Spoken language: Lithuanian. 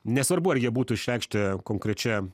nesvarbu ar jie būtų išreikšti konkrečia